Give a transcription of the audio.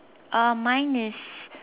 uh mine is